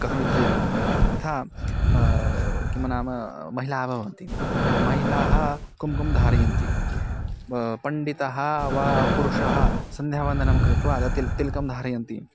कथमिति चेत् यथा किं नाम महिलाः भवन्ति महिलाः कुंकुमं धारयन्ति पण्डितः वा पुरुषः सन्ध्यावन्दनं कृत्वा तत् तिलकं तिलकं धारयन्ति